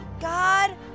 God